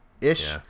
ish